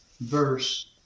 verse